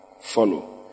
follow